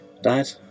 Dad